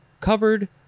covered